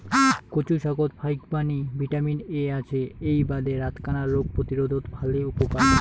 কচু শাকত ফাইকবাণী ভিটামিন এ আছে এ্যাই বাদে রাতকানা রোগ প্রতিরোধত ভালে উপকার